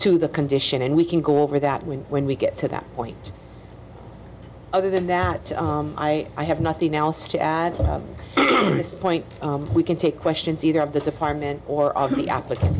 to the condition and we can go over that when when we get to that point other than that i i have nothing else to add to this point we can take questions either of the department or of the applicant